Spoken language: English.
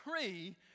three